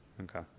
Okay